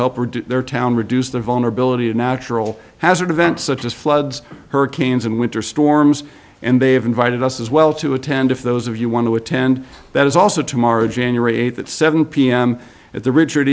help their town reduce the vulnerability of natural hazards of events such as floods hurricanes and winter storms and they have invited us as well to attend if those of you want to attend that is also tomorrow january eighth at seven pm at the richard